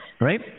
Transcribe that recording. right